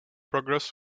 progress